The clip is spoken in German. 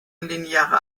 lineare